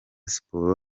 siporo